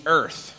earth